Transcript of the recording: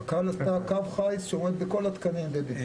קק"ל עשתה קו חיץ שעומד בכל התקנים, דדי.